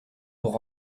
pour